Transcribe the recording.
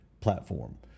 platform